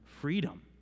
freedom